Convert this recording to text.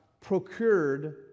procured